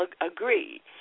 agree